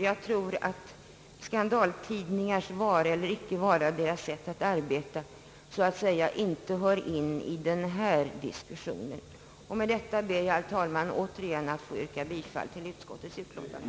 Jag tror att skandaltidningars vara eller icke vara och deras sätt att arbeta icke hör in i denna diskussion. Med detta, herr talman, ber jag återigen få yrka bifall till utskottets utlåtande.